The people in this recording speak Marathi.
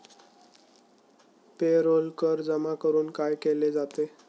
पेरोल कर जमा करून काय केले जाते?